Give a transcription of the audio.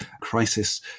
crisis